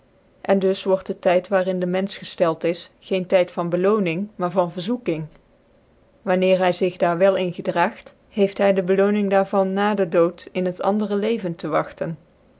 en dus word dc tyd waar in den menfeh geilek is geen tyd van bclooning maar yan verzoeking wanneer hy zich daar wel in gedraagt heeft hy de beloonine daar van na de dood in het andere leven te wagten